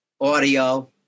audio